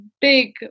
big